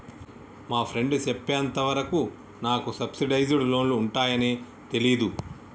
మా ఫ్రెండు చెప్పేంత వరకు నాకు సబ్సిడైజ్డ్ లోన్లు ఉంటయ్యని తెలీదు